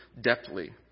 deftly